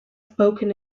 spoken